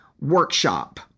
workshop